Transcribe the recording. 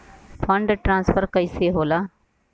Fund transfer कैसे होला?